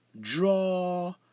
draw